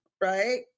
right